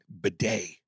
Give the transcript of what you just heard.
bidet